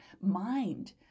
mind